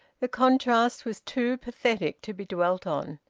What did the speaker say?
the contrast was too pathetic to be dwelt on.